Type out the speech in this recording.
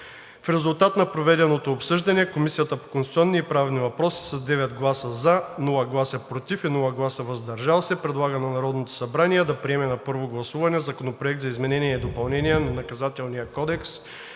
В резултат на проведеното обсъждане, Комисията по конституционни и правни въпроси с 9 гласа „за“, без гласове „против“ и „въздържал се“ предлага на Народното събрание да приеме на първо гласуване Законопроект за изменение и допълнение на Наказателния кодекс,